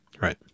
Right